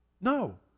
No